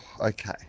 Okay